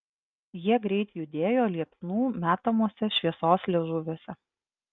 jie greit judėjo liepsnų metamuose šviesos liežuviuose